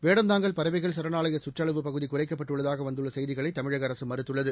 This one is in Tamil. வேடந்தாங்கல் பறவைகள் சரணாலய சுற்றளவு பகுதி குறைக்கப்படவுள்ளதாக வந்துள்ள செய்திகளை தமிழக அரசு மறுத்துள்ளது